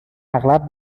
اغلب